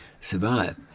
survive